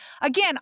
again